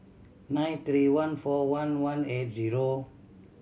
nine three one four one one eight zero